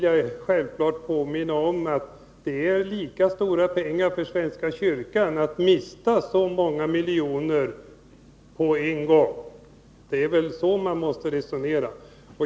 Jag vill då påminna om att det självfallet är lika stora pengar för svenska kyrkan att mista på en gång. Det är väl så man måste resonera.